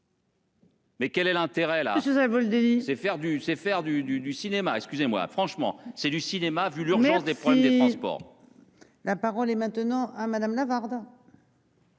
dis, c'est faire du, c'est faire du du du cinéma excusez-moi franchement c'est du cinéma. Vu l'urgence des problèmes des transports. La parole est maintenant à madame Lavarde.